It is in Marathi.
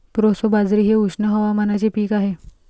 प्रोसो बाजरी हे उष्ण हवामानाचे पीक आहे